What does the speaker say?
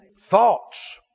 Thoughts